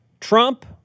Trump